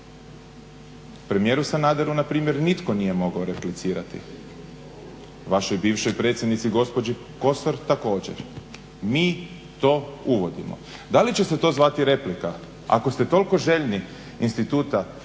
Premijeru Sanaderu na primjer nitko nije mogao replicirati. Vašoj bivšoj predsjednici gospođi Kosor također. Mi to uvodimo. Da li će se to zvati replika. Ako ste toliko željni instituta